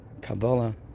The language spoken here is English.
Kabbalah